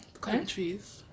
Countries